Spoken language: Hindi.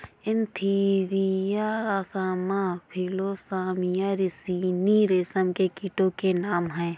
एन्थीरिया असामा फिलोसामिया रिसिनी रेशम के कीटो के नाम हैं